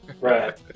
Right